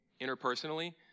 interpersonally